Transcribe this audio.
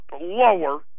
lower